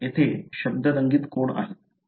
येथे शब्द रंगीत कोड आहेत